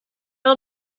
old